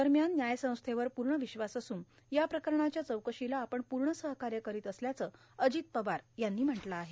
दरम्यान न्यायसंस्थेवर पूर्ण विश्वास असून या प्रकरणाच्या चौकशीला आपण पूण सहकाय करत असल्याचं अजित पवार यांनी म्हटलं आहे